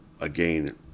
again